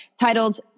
titled